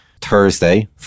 Thursday